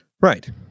Right